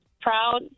Proud